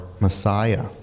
Messiah